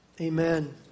Amen